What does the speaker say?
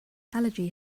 allergy